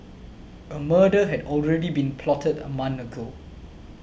a murder had already been plotted a month ago